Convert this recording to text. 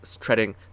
treading